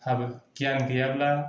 हाबो गियान गैयाब्ला